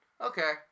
okay